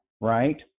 right